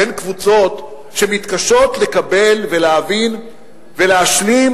בין קבוצות שמתקשות לקבל ולהבין ולהשלים